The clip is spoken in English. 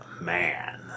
Man